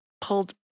pulled